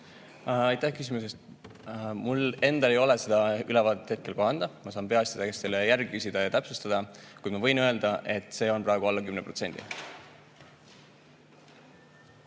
Aitäh küsimuse eest! Mul endal ei ole seda ülevaadet hetkel kohe anda. Ma saan Peaasjade käest selle järele küsida ja täpsustada. Kuid ma võin öelda, et see on praegu alla 10%.